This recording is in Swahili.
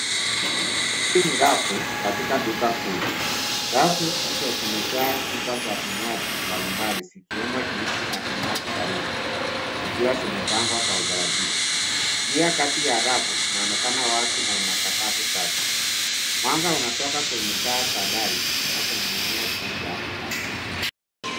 Hili ni rafu katika duka kuu. Rafu hizo zimejaa chupa za vinywaji mbalimbali zikiwemo juizi na vinywaji baridi, zikiwa zimepangwa kwa utaratibu. Njia kati ya rafu inaonekana wazi na ina sakafu safi. Mwanga unatoka kwenye taa za dari zinazoning'inia juu ya rafu.